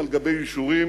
טלב אלסאנע (רע"ם-תע"ל):